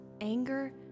anger